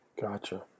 Gotcha